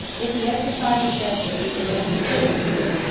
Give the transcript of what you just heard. if the exercise of justice is the most important duty,